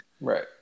Right